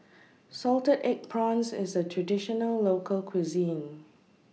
Salted Egg Prawns IS A Traditional Local Cuisine